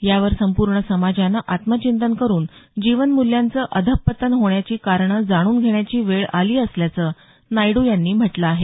यावर संपूर्ण समाजानं आत्मचिंतन करुन जीवन मूल्यांचं अधःपतन होण्याची कारणं जाणून घेण्याची वेळ आली असल्याचं नायड्र यांनी म्हटलं आहे